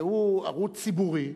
שהוא ערוץ ציבורי,